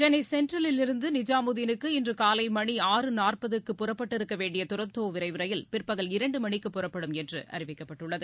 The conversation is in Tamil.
சென்னை சென்ட்ரலில் இருந்து நிஜாமுதீனுக்கு இன்று காலை மணி ஆறு நாற்பதுக்கு புறப்பட்டிருக்க வேண்டிய தரந்தோ விரைவு ரயில் பிற்பகல் இரண்டு மணிக்குப் புறப்படும் என்று அறிவிக்கப்பட்டுள்ளது